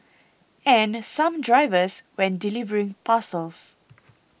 and some drivers when delivering parcels